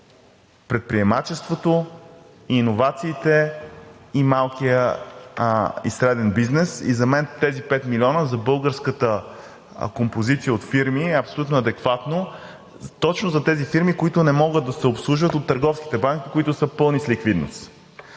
предприемачеството, иновациите, малкия и среден бизнес. И за мен тези 5 милиона за българската композиция от фирми е абсолютно адекватно точно за тези фирми, които не могат да се обслужват от търговските банки, които са пълни с ликвидност.